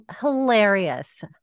hilarious